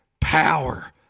power